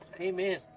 Amen